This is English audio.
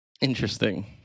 interesting